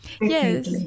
Yes